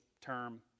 term